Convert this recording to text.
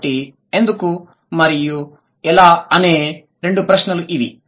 కాబట్టి ఎందుకు మరియు ఎలా అనే రెండు ప్రశ్నలు ఇవి